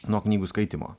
nuo knygų skaitymo